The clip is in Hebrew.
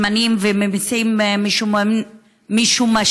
שמנים וממיסים משומשים,